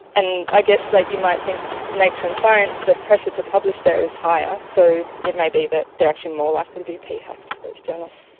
and i guess like you might think nature and science, the pressure to publish there is higher, so it may be that they are actually more likely to be p-hacked, those journals.